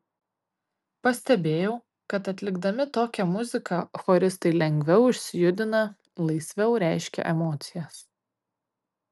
pastebėjau kad atlikdami tokią muziką choristai lengviau išsijudina laisviau reiškia emocijas